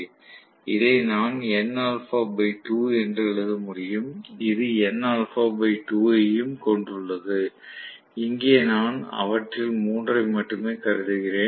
இதை நான் nα 2 என்று எழுத முடியும் இது nα 2 ஐயும் கொண்டுள்ளது இங்கே நான் அவற்றில் மூன்றை மட்டுமே கருதுகிறேன்